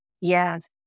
Yes